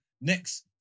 next